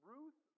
Ruth